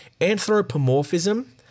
Anthropomorphism